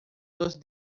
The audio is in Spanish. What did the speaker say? dos